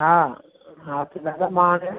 हा हा त दादा मां हाणे